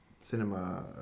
cinema